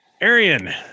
arian